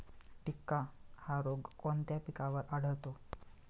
टिक्का हा रोग कोणत्या पिकावर आढळतो?